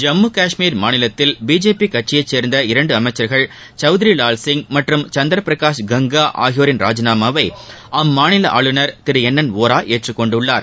ஜம்மு கஷ்மீர் மாநிலத்தில் பிஜேபி கட்சியை சார்ந்த இரண்டு அமைக்கள் சௌத்ரி லால் சிங் மற்றும் சந்தர் பிரகாஷ் கங்கா ஆகியோரின் ராஜினாமாவை அம்மாநில ஆளுநர் திரு என் என் வோரா ஏற்றுக்கொண்டுள்ளார்